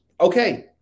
okay